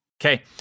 Okay